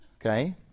okay